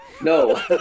No